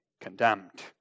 condemned